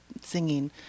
singing